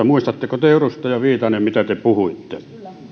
muistatteko te edustaja viitanen mitä te puhuitte